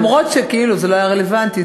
למרות שכאילו זה לא היה רלוונטי,